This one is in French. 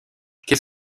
qu’est